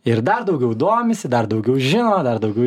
ir dar daugiau domisi dar daugiau žino dar daugiau